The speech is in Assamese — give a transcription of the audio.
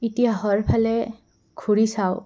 এতিয়া হোৱাৰফালে ঘূৰি চাওঁ